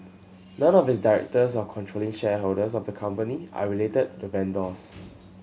none of its directors or controlling shareholders of the company are related to the vendors